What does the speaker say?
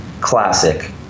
Classic